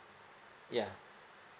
yeah